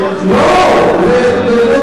הוא מתגלגל